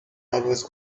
always